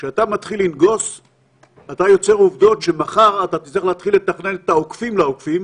אתה יוצר עובדות שמחר תצטרך להתחיל לתכנן את העוקפים לעוקפים.